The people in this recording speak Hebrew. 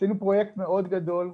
עשינו פרויקט מאוד גדול,